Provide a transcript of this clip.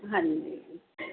ਹਾਂਜੀ